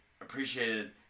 appreciated